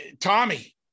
Tommy